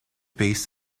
based